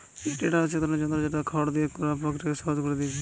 এই টেডার হচ্ছে এক ধরনের যন্ত্র যেটা খড় তৈরি কোরার প্রক্রিয়াকে সহজ কোরে দিয়েছে